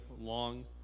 long